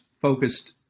focused